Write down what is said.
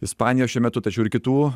ispanijos šiuo metu tačiau ir kitų